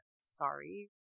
sorry